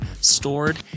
stored